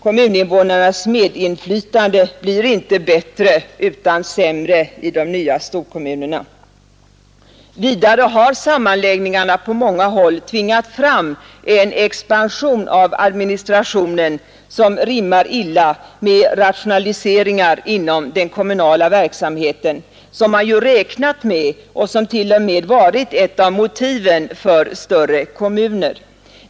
Kommuninvånarnas medinflytande blir inte bättre utan sämre i de nya storkommunerna. Redan har sammanläggningar på många håll tvingat fram en expansion av administrationen som rimmar illa med rationaliseringar inom den kommunala verksamheten, vilka man ju räknat med och som t.o.m. varit ett av motiven för större kommuner.